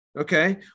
Okay